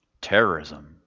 terrorism